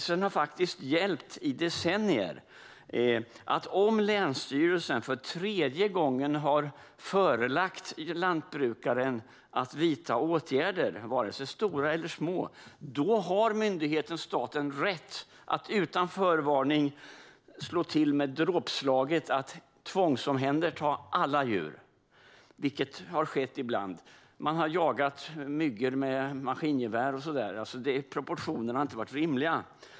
Denna praxis har dock gällt i decennier: Om länsstyrelsen för tredje gången har förelagt lantbrukaren att vidta åtgärder, oavsett om de är stora eller små, har myndigheten och staten rätt att utan förvarning slå till med dråpslaget att tvångsomhänderta alla djur. Detta har också skett ibland. Man har jagat myggor med maskingevär; proportionerna har inte varit rimliga.